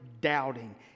doubting